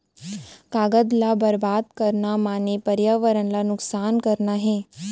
कागद ल बरबाद करना माने परयावरन ल नुकसान करना हे